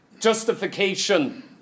Justification